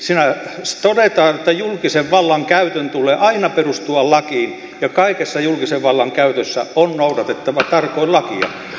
siinä todetaan että julkisen vallan käytön tulee aina perustua lakiin ja kaikessa julkisen vallan käytössä on noudatettava tarkoin lakia